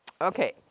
Okay